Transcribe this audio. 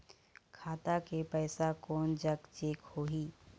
खाता के पैसा कोन जग चेक होही?